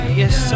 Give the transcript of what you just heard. yes